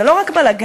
זה לא רק בלגן.